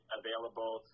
available